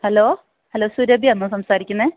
hello hello Surabhi ആണോ സംസാരിക്കുന്നത്